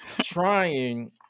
trying